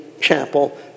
Chapel